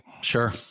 Sure